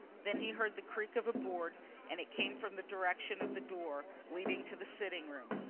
then he heard the creak of a board and it came from the direction of the door leading to the sitting-room.